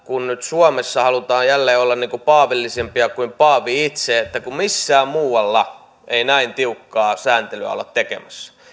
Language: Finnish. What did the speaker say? kun nyt suomessa halutaan jälleen olla paavillisempia kuin paavi itse kun missään muualla ei näin tiukkaa sääntelyä olla tekemässä